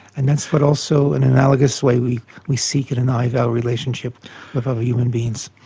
and that's what also in an analogous way we we seek in an i-thou relationship with other human beings.